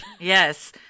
yes